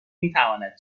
نمیتواند